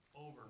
over